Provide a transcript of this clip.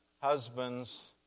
husbands